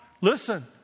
listen